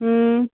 हूं